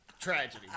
tragedy